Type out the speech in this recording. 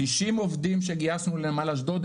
90 עובדים שגייסנו לנמל אשדוד,